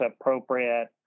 appropriate